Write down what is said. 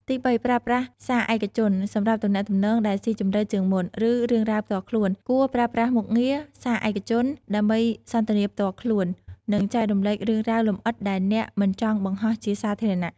ទីបី ប្រើប្រាស់សារឯកជន សម្រាប់ទំនាក់ទំនងដែលស៊ីជម្រៅជាងមុន ឬរឿងរ៉ាវផ្ទាល់ខ្លួន គួរប្រើប្រាស់មុខងារ សារឯកជន ដើម្បីសន្ទនាផ្ទាល់ខ្លួន និងចែករំលែករឿងរ៉ាវលម្អិតដែលអ្នកមិនចង់បង្ហោះជាសាធារណៈ។